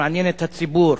שמעניין את הציבור,